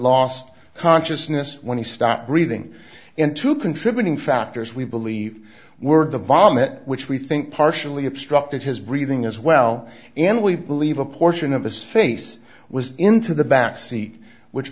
lost consciousness when he stopped breathing in two contributing factors we believe were the vomit which we think partially obstructed his breathing as well and we believe a portion of his face was into the back seat which